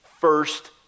first